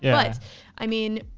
but i mean,